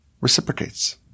reciprocates